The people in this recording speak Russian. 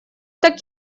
так